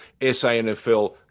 SANFL